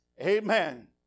amen